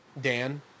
Dan